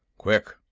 quick!